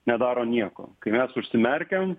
nedaro nieko kai mes užsimerkiam